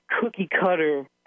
cookie-cutter